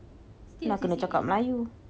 still have C_C_A